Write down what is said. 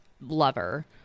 lover